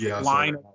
line